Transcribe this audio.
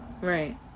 Right